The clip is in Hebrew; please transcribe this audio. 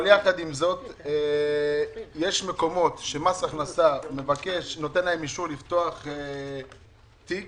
יש מקומות שאומרים להם לפתוח תיק